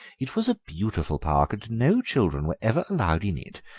it was a beautiful park, and no children were ever allowed in it,